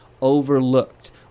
overlooked